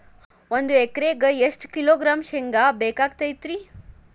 ಒಂದು ಎಕರೆಗೆ ಎಷ್ಟು ಕಿಲೋಗ್ರಾಂ ಶೇಂಗಾ ಬೇಕಾಗತೈತ್ರಿ?